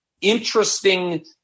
interesting